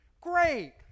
Great